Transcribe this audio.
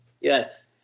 Yes